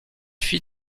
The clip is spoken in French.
fit